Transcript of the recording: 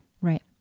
Right